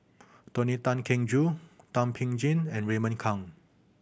Tony Tan Keng Joo Thum Ping Tjin and Raymond Kang